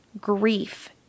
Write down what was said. grief